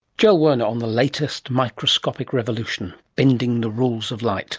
joel werner on the latest microscopic revolution, bending the rules of light